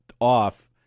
off